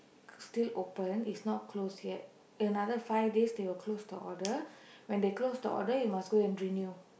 still open is not close yet another five days they will close the order when they close the order you must go and renew